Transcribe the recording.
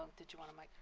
did you want a mic?